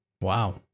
Wow